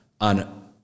on